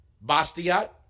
Bastiat